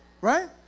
right